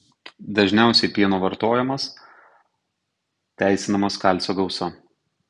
dažniausiai pieno vartojamas teisinamas kalcio gausa